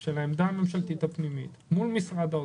של העמדה הממשלתית הפנימית מול משרד האוצר.